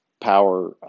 power